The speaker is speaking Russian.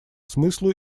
смыслу